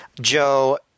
Joe